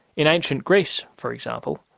in ancient greece for example,